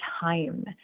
time